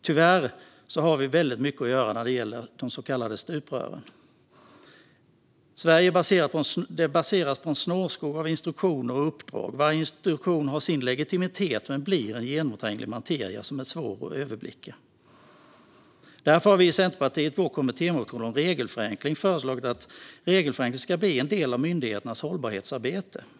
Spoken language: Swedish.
Tyvärr har vi väldigt mycket att göra när det gäller de så kallade stuprören. De baseras på en snårskog av instruktioner och uppdrag. Varje instruktion har sin legitimitet, men det blir en materia som är svår att tränga igenom och överblicka. Därför har vi i Centerpartiet i vår kommittémotion om regelförenkling föreslagit att regelförenkling ska bli en del av myndigheternas hållbarhetsarbete.